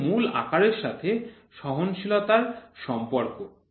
এটি মূল আকারের সাথে সহনশীলতার সম্পর্ক